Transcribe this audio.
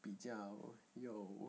比较有